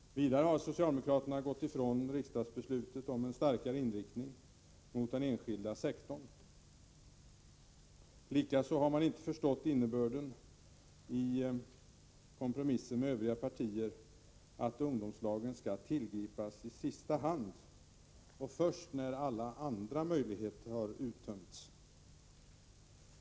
Vidare har socialdemokraterna gått ifrån riksdagsbeslutet om en starkare inriktning mot den enskilda sektorn. Man har inte heller förstått innebörden i kompromissen med övriga partier, att ungdomslagen skall tillgripas i sista hand och först när alla andra möjligheter har uttömts.